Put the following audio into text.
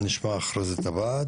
נשמע אחרי זה את הוועד